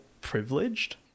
privileged